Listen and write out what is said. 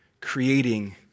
creating